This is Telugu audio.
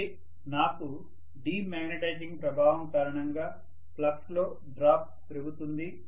అయితే నాకు డీమాగ్నెటైజింగ్ ప్రభావం కారణంగా ఫ్లక్స్లో డ్రాప్ పెరుగుతుంది